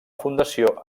fundació